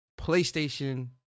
PlayStation